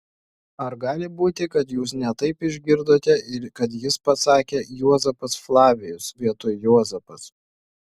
ar gali būti kad jūs ne taip išgirdote ir kad jis pasakė juozapas flavijus vietoj juozapas